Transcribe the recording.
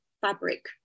fabric